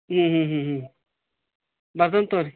ಹ್ಞೂ ಹ್ಞೂ ಹ್ಞೂ ಹ್ಞೂ ಬರ್ತೇನೆ ತಗೋರಿ